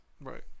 Right